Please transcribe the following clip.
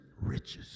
riches